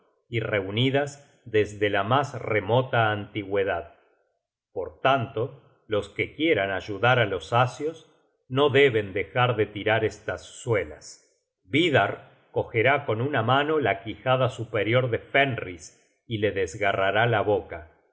y reunidas desde la mas remota antigüedad por tanto los que quieran ayudar á los asios no deben dejar de tirar estas suelas vidarr cogerá con una mano la quijada superior de fenris y le desgarrará la boca